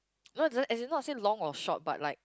no as in not say long or short but like